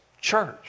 church